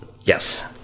yes